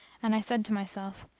and i said to myself,